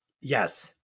Yes